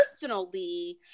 personally